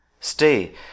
Stay